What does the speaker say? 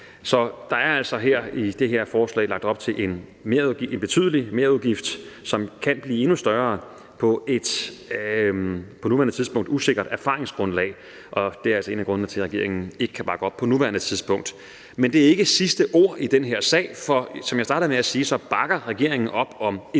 Så der er altså i det her forslag lagt op til en betydelig merudgift, som kan blive endnu større på et på nuværende tidspunkt usikkert erfaringsgrundlag, og det er altså en af grundene til, at regeringen ikke kan bakke op på nuværende tidspunkt. Men det er ikke det sidste ord i den her sag, for som jeg startede med at sige, bakker regeringen op om intentionen